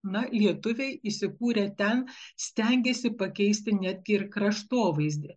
na lietuviai įsikūrę ten stengėsi pakeisti net ir kraštovaizdį